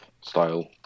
style